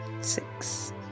Six